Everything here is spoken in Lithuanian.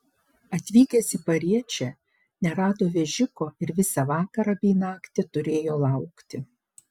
atvykęs į pariečę nerado vežiko ir visą vakarą bei naktį turėjo laukti